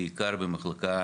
בעיקר במחלקה